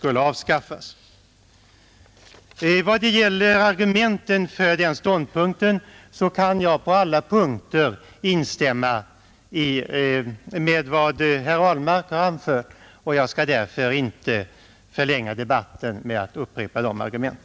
När det gäller argumenten för den ståndpunkten kan jag på alla punkter instämma i vad herr Ahlmark har anfört. Jag skall därför inte förlänga debatten med att upprepa dessa argument.